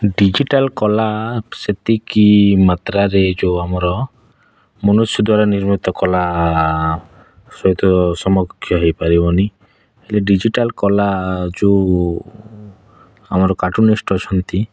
digital କଲା ସେତିକି ମାତ୍ରାରେ ଯେଉଁ ଆମର ମନୁଷ୍ୟ ଦ୍ଵାରା ନିର୍ମିତ କଲା ସହିତ ସମକକ୍ଷ ହୋଇପାରିବନି ହେଲେ ଡିଜିଟାଲ୍ କଲା ଯେଉଁ ଆମର କାର୍ଟୁନିଷ୍ଟ ଅଛନ୍ତି